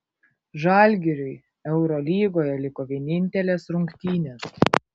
žalgiriui eurolygoje liko vienintelės rungtynės